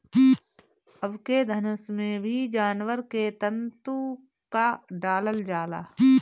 अबके धनुष में भी जानवर के तंतु क डालल जाला